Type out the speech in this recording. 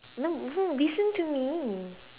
no no listen to me